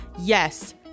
yes